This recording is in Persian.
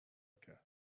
کرد